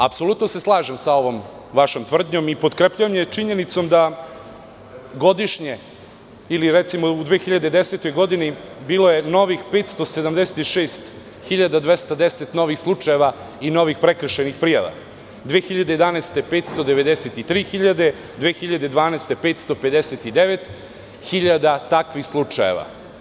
Apsolutno se slažem sa ovom vašom tvrdnjom i potkrepljujem je činjenicom da je godišnje ili u 2010. godini bilo 576.210 novih slučajeva i novih prekršajnih prijava, 2011. godine 593.000, 2012. godine 559.000 takvih slučajeva.